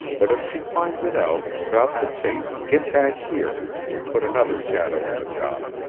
but if she finds it out drop the chase and get back here, and we'll put another shadow on the job.